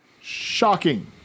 Shocking